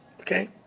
okay